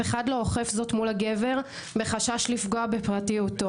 אחד לא אוכף זאת מול הגבר בחשש לפגוע בפרטיותו.